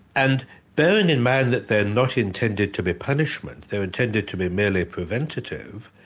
and bearing in mind that they're not intended to be punishment, they're intended to be merely preventative,